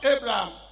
Abraham